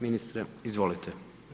Ministre, izvolite.